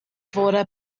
fore